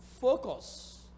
Focus